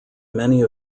many